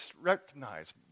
recognize